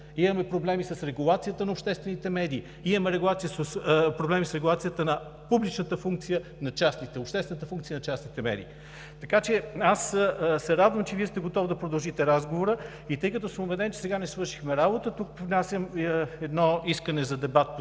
имаме проблеми с регулацията на обществените медии, имаме проблеми с регулацията на обществената функция на частните медии. Радвам се, че Вие сте готов да продължите разговора и тъй като съм убеден, че сега не свършихме работа, внасям едно искане за дебат по